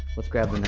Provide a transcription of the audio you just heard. let's grab